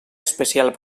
especial